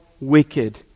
wicked